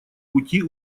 пути